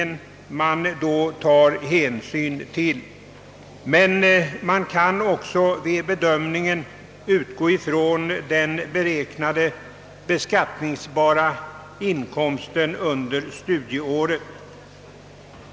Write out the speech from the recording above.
I vissa fall sker bedömningen med utgångspunkt från beräknad beskattningsbar inkomst under studieåret.